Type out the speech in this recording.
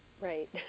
Right